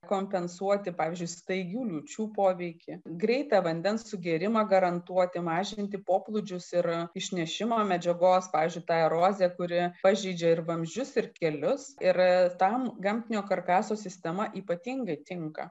kompensuoti pavyzdžiui staigių liūčių poveikį greitą vandens sugėrimą garantuoti mažinti poplūdžius yra išnešimo medžiagos pavyzdžiui tai erozija kuri pažeidžia ir vamzdžius ir kelius ir tam gamtinio karkaso sistema ypatingai tinka